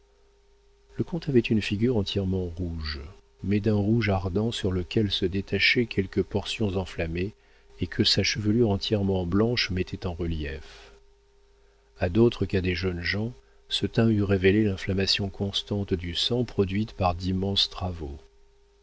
le comte avait une figure entièrement rouge mais d'un rouge ardent sur lequel se détachaient quelques portions enflammées et que sa chevelure entièrement blanche mettait en relief a d'autres qu'à des jeunes gens ce teint eût révélé l'inflammation constante du sang produite par d'immenses travaux